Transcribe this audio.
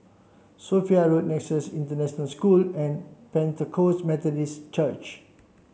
Sophia Road Nexus International School and Pentecost Methodist Church